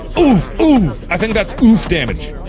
oof, oof. i think that's oof damage.